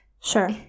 Sure